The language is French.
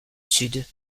sud